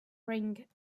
ring